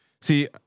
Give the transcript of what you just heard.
See